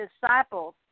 disciples